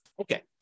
okay